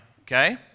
Okay